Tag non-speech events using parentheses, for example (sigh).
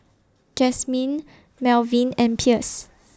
(noise) Jasmin Melvin and Pierce